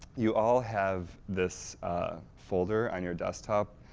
you all have this folder on your desktop,